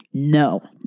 No